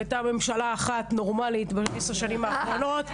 הייתה ממשלה אחת נורמלית בעשר השנים האחרונות,